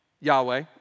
Yahweh